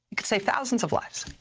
could save thousands of lives.